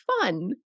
fun